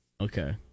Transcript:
Okay